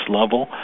level